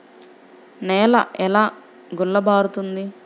నేల ఎలా గుల్లబారుతుంది?